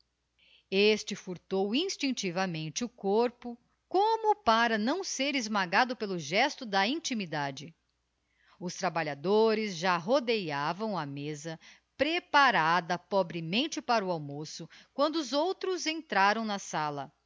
este furtou instinctivamente o corpo como para não ser esmagado pelo gesto da intimidade os trabalhadores já rodeiavam a mesa preparada pobremente para o almoço quando os outros entraram na sala